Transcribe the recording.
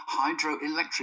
hydroelectric